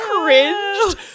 cringed